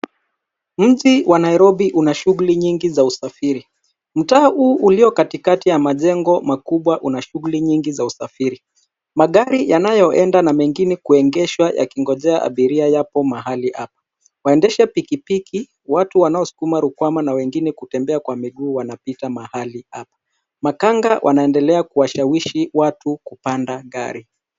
Mji wa Nairobi una shughuli nyingi za usafiri. Mtaa huu ulio katikati ya majengo makubwa una shughuli nyingi za usafiri. Magari yanayoenda na mengine yanayoegeshwa yakingojea abiria yapo mahali hapa. Waendesha pikipiki, watu wanaosukuma rukwama na wengine wanaotembea kwa miguu wanapita mahali hapa. Makanga wanaendelea kuwashawishi watu kupanda gari.